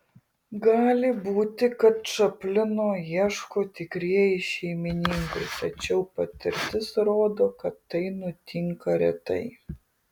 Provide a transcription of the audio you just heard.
gali būti kad čaplino ieško tikrieji šeimininkai tačiau patirtis rodo kad tai nutinka retai